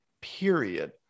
period